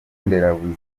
nderabuzima